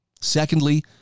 Secondly